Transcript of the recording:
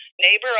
neighbor